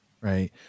right